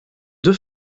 deux